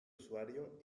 usuario